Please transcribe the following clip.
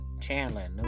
Chandler